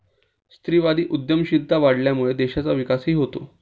स्त्रीवादी उद्यमशीलता वाढल्यामुळे देशाचा विकासही होतो